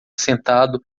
sentado